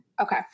Okay